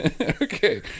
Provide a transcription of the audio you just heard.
Okay